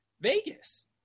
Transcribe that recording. Vegas